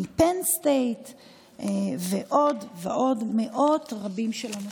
מ-Penn State ועוד ועוד, מאות רבות של אנשים.